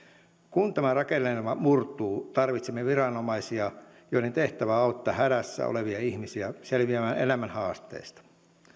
tämä rakennelma murtuu tarvitsemme viranomaisia joiden tehtävä on auttaa hädässä olevia ihmisiä selviämään elämän haasteista